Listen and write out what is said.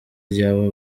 ry’aba